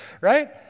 Right